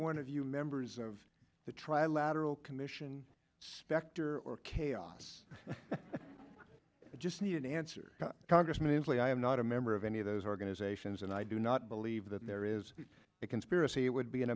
one of you members of the trilateral commission specter or chaos i just need an answer congressman inslee i am not a member of any of those organizations and i do not believe that there is a conspiracy it would be an